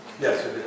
yes